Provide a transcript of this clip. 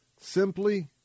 simply